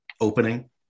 opening